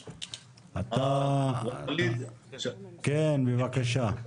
כן, בבקשה.